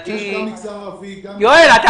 מהמגזר הערבי.